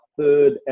third